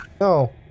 No